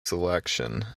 selection